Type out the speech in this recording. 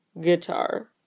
guitar